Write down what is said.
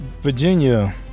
Virginia